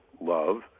love